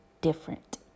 different